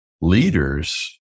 leaders